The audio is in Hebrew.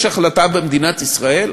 יש החלטה במדינת ישראל,